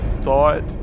thought